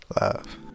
Love